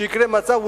שיקרה מצב,